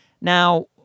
Now